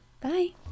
Bye